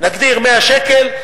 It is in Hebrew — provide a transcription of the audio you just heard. נגדיר 100 שקל,